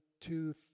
two